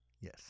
Yes